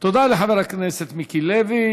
תודה לחבר הכנסת מיקי לוי.